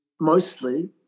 mostly